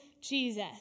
Jesus